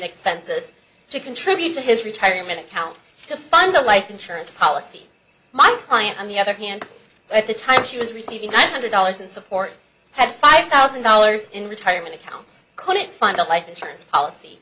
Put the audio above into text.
expenses to contribute to his retirement account to fund a life insurance policy my client on the other hand at the time she was receiving five hundred dollars in support had five thousand dollars in retirement accounts could it find a life insurance policy